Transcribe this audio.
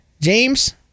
James